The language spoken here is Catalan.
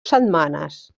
setmanes